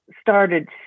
started